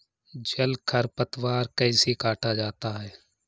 जल खरपतवार कैसे काटा जाता है?